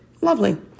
Lovely